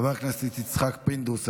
חבר הכנת יצחק פינדרוס,